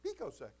picosecond